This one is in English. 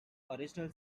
original